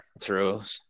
throws